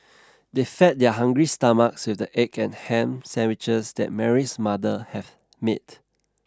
they fed their hungry stomachs with the egg and ham sandwiches that Mary's mother have made